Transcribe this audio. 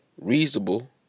reasonable